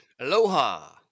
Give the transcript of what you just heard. Aloha